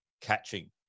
catching